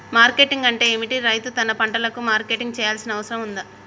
Marketing అంటే ఏమిటి? రైతు తన పంటలకు మార్కెటింగ్ చేయాల్సిన అవసరం ఉందా?